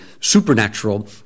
supernatural